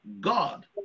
God